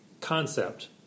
Concept